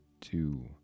two